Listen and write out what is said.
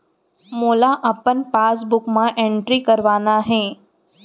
मोला अपन पासबुक म एंट्री करवाना हे?